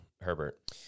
Herbert